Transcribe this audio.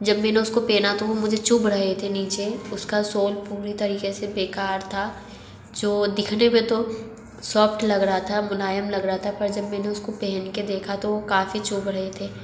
जब मैंने उसको पहना तो वो मुझे चुभ रहे थे नीचे उसका सोल पूरी तरीक़े से बेकार था जो दिखने में तो सॉफ्ट लग रहा था मुलायम लग रहा था पर जब मैंने उसको पहन के देखा तो वो काफ़ी चुभ रहे थे